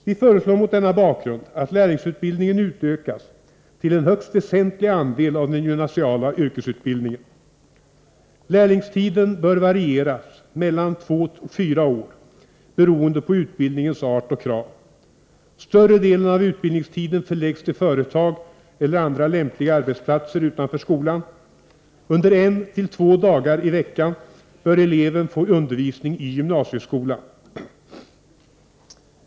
Vi föreslår mot denna bakgrund att lärlingsutbildningen utökas till en högst väsentlig andel av den gymnasiala yrkesutbildningen. Lärlingstiden bör varieras mellan två och fyra år, beroende på utbildningens art och krav. Större delen av utbildningstiden förläggs till företag eller andra lämpliga arbetsplatser utanför skolan. Under en till två dagar i veckan bör eleven få undervisning i gymnasieskolan.